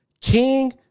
King